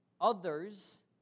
others